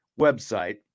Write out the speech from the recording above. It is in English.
website